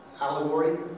allegory